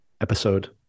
episode